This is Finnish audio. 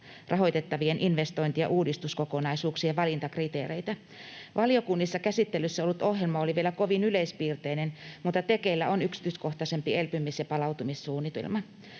rahoitettavien investointi‑ ja uudistuskokonaisuuksien valintakriteereitä. Valiokunnissa käsittelyssä ollut ohjelma oli vielä kovin yleispiirteinen, mutta tekeillä on yksityiskohtaisempi elpymis‑ ja palautumissuunnitelma.